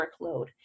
workload